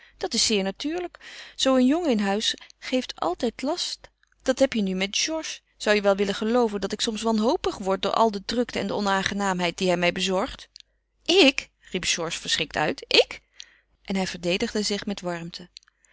dat is zeer natuurlijk zoo een jongen in huis geeft altijd last daar heb je mij nu met georges zou je wel willen gelooven dat ik soms wanhopig word door al de drukte en de onaangenaamheid die hij mij bezorgt ik riep georges verschrikt uit ik en hij verdedigde zich met warmte